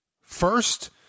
First